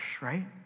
right